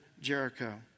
Jericho